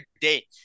day